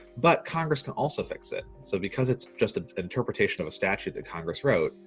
but congress can also fix it so because it's just an interpretation of a statute that congress wrote.